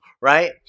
right